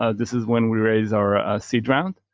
ah this is when we raised our seed round,